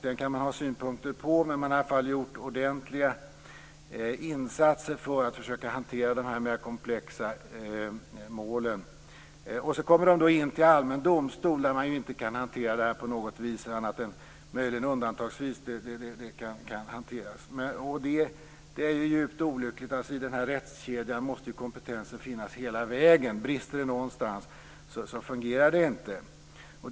Man kan ha synpunkter på den, men det har i alla fall gjorts ordentliga insatser när det gäller att försöka hantera de här mera komplexa målen. Och så kommer de in till allmän domstol där man ju inte kan hantera dem annat än möjligen undantagsvis. Det är djupt olyckligt. I den här rättskedjan måste kompetensen finnas hela vägen. Brister det någonstans fungerar det inte.